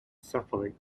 suffering